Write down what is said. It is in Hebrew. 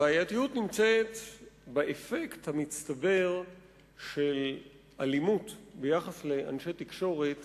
הבעייתיות נמצאת באפקט המצטבר של אלימות ביחס לאנשי תקשורת